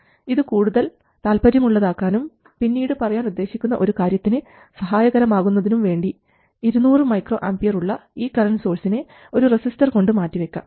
ഇത് കൂടുതൽ താല്പര്യം ഉള്ളത് ആക്കാനും പിന്നീട് പറയാൻ ഉദ്ദേശിക്കുന്ന ഒരു കാര്യത്തിന് സഹായകരമാകുവാനും വേണ്ടി 200 µA ഉള്ള ഈ കറൻറ് സോഴ്സിനെ ഒരു റെസിസ്റ്റർ കൊണ്ട് മാറ്റി വെക്കാം